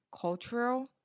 cultural